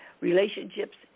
relationships